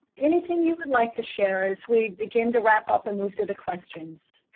anything you would like to share as we begin to wrap up and move to the questions?